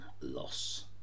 loss